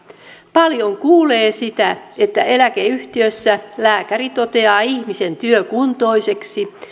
paljon kuulee sitä että eläkeyhtiössä lääkäri toteaa ihmisen työkuntoiseksi